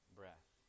breath